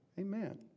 amen